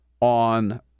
on